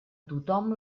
tothom